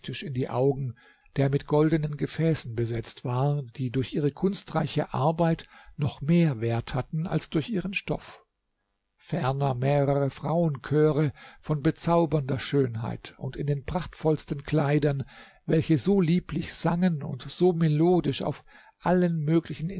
in die augen der mit goldenen gefäßen besetzt war die durch ihre kunstreiche arbeit noch mehr wert hatten als durch ihren stoff ferner mehrere frauenchöre von bezaubernder schönheit und in den prachtvollsten kleidern welche so lieblich sangen und so melodisch auf allen möglichen